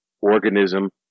Organism